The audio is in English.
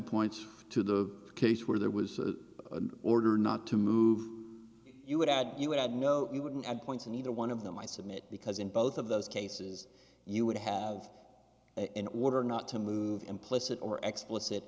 points to the case where there was an order not to move you would add you would have no you wouldn't have points in either one of them i submit because in both of those cases you would have an order not to move implicit or explicit